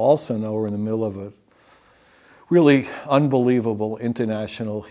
also know are in the middle of a really unbelievable international